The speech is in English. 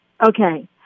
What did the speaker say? Okay